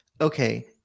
okay